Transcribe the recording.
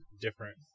different